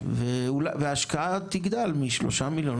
וההשקעה תגדל מ-3 מיליון,